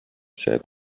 said